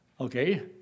Okay